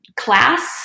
Class